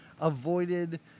avoided